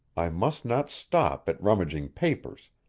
i must not stop at rummaging papers,